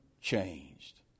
changed